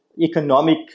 economic